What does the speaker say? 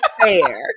fair